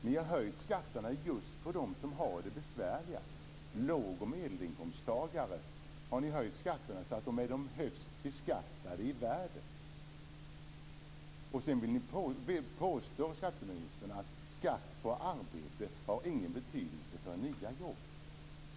Ni har höjt skatterna just för dem som har det besvärligast, låg och medelinkomsttagare. De är nu de högst beskattade i världen. Sedan vill skatteministern påstå att skatt på arbete inte har någon betydelse för nya jobb.